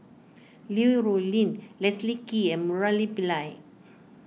Li Rulin Leslie Kee and Murali Pillai